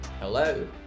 Hello